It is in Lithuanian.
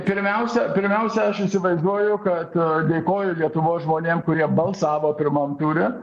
pirmiausia pirmiausia aš įsivaizduoju kad dėkoju lietuvos žmonėm kurie balsavo pirmam ture